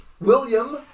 William